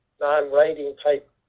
non-writing-type